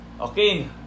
Okay